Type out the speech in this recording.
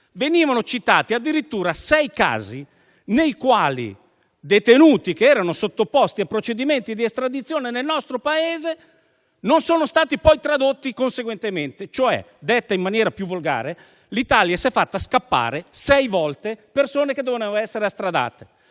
venivano citati addirittura sei casi nei quali detenuti sottoposti a procedimenti di estradizione nel nostro Paese non sono stati tradotti conseguentemente. In altre parole, detta in maniera più volgare, l'Italia si è fatta scappare sei volte persone che dovevano essere estradate.